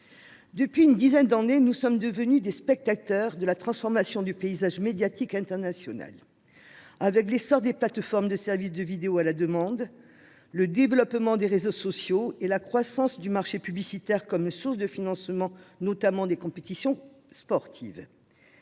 Depuis une dizaine d'années, nous sommes devenus les spectateurs de la transformation du paysage médiatique international, avec l'essor des plateformes de service de vidéo à la demande, le développement des réseaux sociaux et la croissance du marché publicitaire comme source de financement, notamment des compétitions sportives.